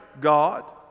God